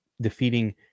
Defeating